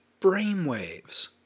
brainwaves